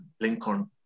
Lincoln